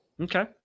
Okay